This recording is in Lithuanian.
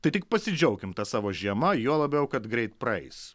tai tik pasidžiaukim ta savo žiema juo labiau kad greit praeis